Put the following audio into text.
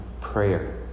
prayer